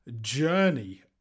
journey